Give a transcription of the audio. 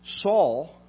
Saul